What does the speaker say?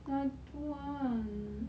I don't want